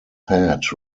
head